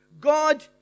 God